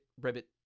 Ribbit